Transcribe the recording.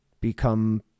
become